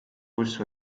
kus